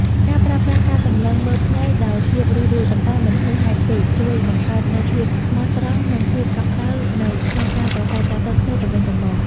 ការប្រើប្រាស់ការសម្លឹងមើលភ្នែកដោយភាពរួសរាយ ប៉ុន្តែមិនហួសហេតុពេក ជួយបង្កើតនូវភាពស្មោះត្រង់ និងភាពកក់ក្ដៅនៅក្នុងការប្រាស្រ័យទាក់ទងគ្នាទៅវិញទៅមក។